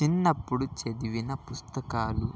చిన్నప్పుడు చదివిన పుస్తకాలు